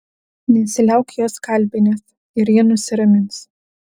nesiliauk jos kalbinęs ir ji nusiramins